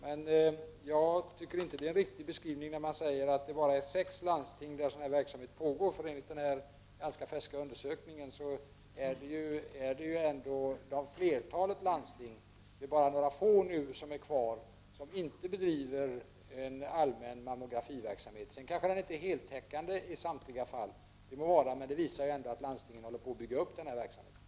Men jag tycker inte att det är en riktig be skrivning att säga att det är bara i sex landsting som det pågår mammografiundersökningar. Enligt den senaste, ganska färska undersökningen är det nu bara några få som inte bedriver allmän mammografiverksamhet. Den är kanske inte heltäckande i samtliga fall. Det må vara, men undersökningen visar ändå att landstingen håller på att bygga upp den här verksamheten.